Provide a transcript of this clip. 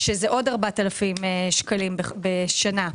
שזה עוד 4,000 שקלים בשנה.